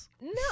no